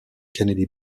kennedy